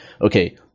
okay